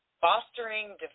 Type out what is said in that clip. Fostering